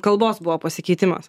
kalbos buvo pasikeitimas